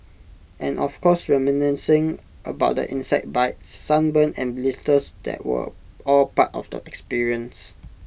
and of course reminiscing about the insect bites sunburn and blisters that were all part of the experience